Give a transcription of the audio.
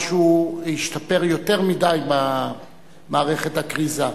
משהו השתפר יותר מדי במערכת הכריזה.